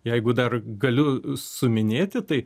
jeigu dar galiu suminėti tai